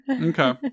Okay